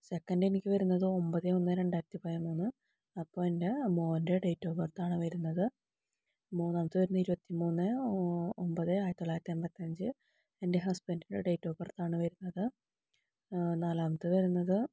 second എനിക്ക് വരുന്നത് ഒമ്പത് ഒന്ന് രണ്ടായിരത്തി പതിമൂന്ന് അപ്പോൾ എൻ്റെ മോന്റെ ഡേറ്റ് ഓഫ് ബര്ത്ത് ആണ് വരുന്നത് മൂന്നാമത് വരുന്നത് ഇരുപത്തിമൂന്ന് ഒ ഒമ്പത് ആയിരത്തി തൊള്ളായിരത്തി എൺപത്തഞ്ച് എന്റെ ഹസ്ബന്ഡിന്റെ ഡേറ്റ് ഓഫ് ബര്ത്ത് ആണ് വരുന്നത് നാലാമത് വരുന്നത്